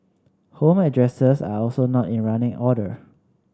home addresses are also not in running order